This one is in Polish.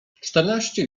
czternaście